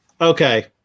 Okay